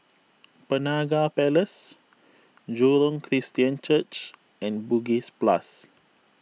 Penaga Place Jurong Christian Church and Bugis Plus